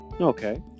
Okay